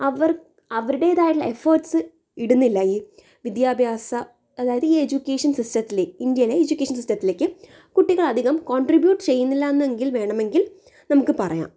അവർ അവരുടെതായിട്ടുള്ള എഫേര്ട്ട്സ് ഇടുന്നില്ല ഈ വിദ്യാഭ്യാസ അതായത് ഈ എജ്യൂക്കേഷൻ സിസ്റ്റത്തിൽ ഇന്ഡ്യയിലെ എജ്യൂക്കേഷൻ സിസ്റ്റത്തിലേക്ക് കുട്ടികള് അധികം കോണ്ട്രിബ്യൂട്ട് ചെയ്യുന്നില്ല എന്ന് വേണമെങ്കില് നമുക്ക് പറയാം